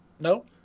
No